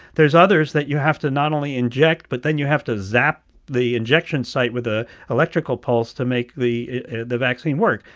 there's others that you have to not only inject but then you have to zap the injection site with a electrical pulse to make the the vaccine work.